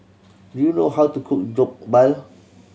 do you know how to cook Jokbal